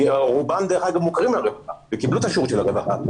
רובם מוכרים לרווחה וקיבלו את השירות של הרווחה,